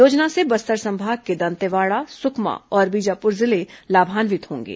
योजना से बस्तर संभाग के दंतेवाड़ा सुकमा और बीजापुर जिले लाभान्वित होंगे